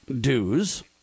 dues